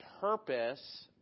purpose